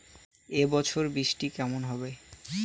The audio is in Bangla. এবছর বৃষ্টি কেমন হবে?